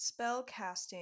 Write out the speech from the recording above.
spellcasting